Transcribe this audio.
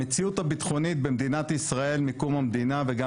המציאות הביטחונית במדינת ישראל מקום המדינה וגם